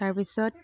তাৰপিছত